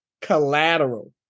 Collateral